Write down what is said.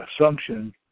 assumption